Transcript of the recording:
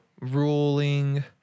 ruling